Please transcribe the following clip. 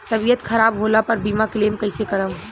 तबियत खराब होला पर बीमा क्लेम कैसे करम?